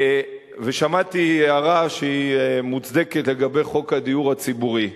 ושמעתי הערה שהיא מוצדקת לגבי חוק הדיור הציבורי.